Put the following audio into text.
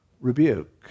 rebuke